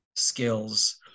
skills